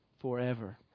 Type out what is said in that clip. forever